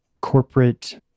corporate